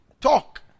Talk